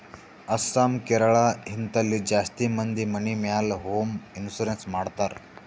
ಅಸ್ಸಾಂ, ಕೇರಳ, ಹಿಂತಲ್ಲಿ ಜಾಸ್ತಿ ಮಂದಿ ಮನಿ ಮ್ಯಾಲ ಹೋಂ ಇನ್ಸೂರೆನ್ಸ್ ಮಾಡ್ತಾರ್